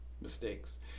Mistakes